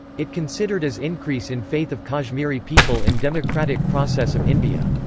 it considered as increase in faith of kashmiri people in democratic process of india.